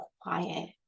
quiet